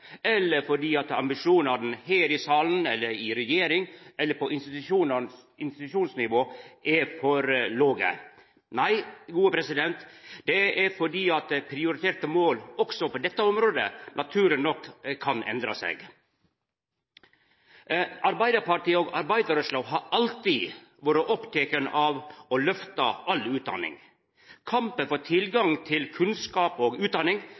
eller på institusjonsnivå er for låge. Nei, det er fordi prioriterte mål, også på dette området, naturleg nok kan endra seg. Arbeidarpartiet og arbeidarrørsla har alltid vore opptekne av å løfta all utdanning. Kampen for tilgang til kunnskap og utdanning